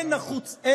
תודה רבה.